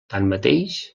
tanmateix